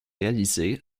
réalisés